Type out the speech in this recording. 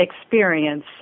experience